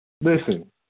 Listen